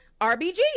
RBG